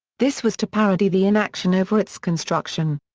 this was to parody the inaction over its construction.